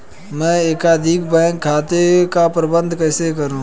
मैं एकाधिक बैंक खातों का प्रबंधन कैसे करूँ?